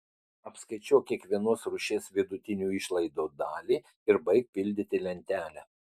apskaičiuok kiekvienos rūšies vidutinių išlaidų dalį ir baik pildyti lentelę